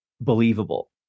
believable